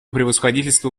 превосходительству